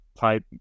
type